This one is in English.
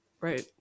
Right